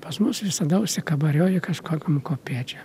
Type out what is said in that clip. pas mus visada užsikabaroja kažkokiom kopėčiom